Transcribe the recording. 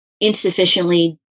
insufficiently